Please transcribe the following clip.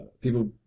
People